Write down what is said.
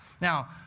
Now